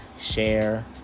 share